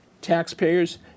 taxpayers